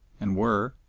and were,